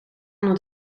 onder